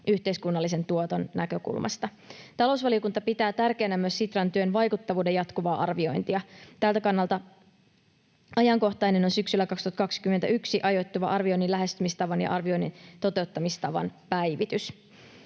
yhteiskunnallisen tuoton näkökulmasta. Talousvaliokunta pitää tärkeänä myös Sitran työn vaikuttavuuden jatkuvaa arviointia. Tältä kannalta ajankohtainen on syksylle 2021 ajoittuva arvioinnin lähestymistavan ja arvioinnin toteuttamistavan päivitys.